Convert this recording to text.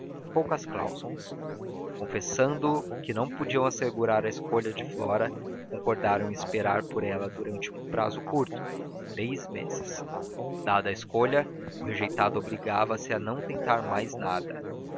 poucas cláusulas confessando que não podiam assegurar a escolha de flora concordaram em esperar por ela durante um prazo curto três meses dada a escolha o rejeitado obrigava se a não tentar mais nada